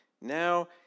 now